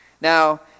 Now